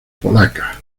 polacas